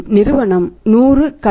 நிறுவனம் 100 colour T